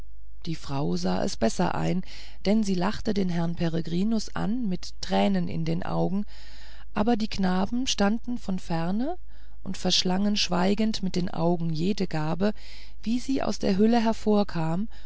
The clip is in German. die frau sah es besser ein denn sie lachte den peregrinus an mit tränen in den augen aber die knaben standen von ferne und verschlangen schweigend mit den augen jede gabe wie sie aus der hülle hervorkam